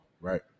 right